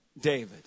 David